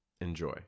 Enjoy